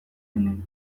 hemen